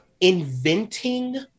inventing